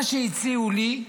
מה שהציעו לי,